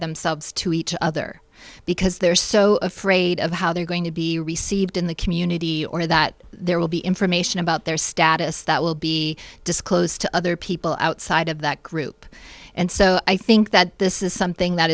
themselves to each other because they're so afraid of how they're going to be received in the community or that there will be information about their status that will be disclosed to other people outside of that group and so i think that this is something that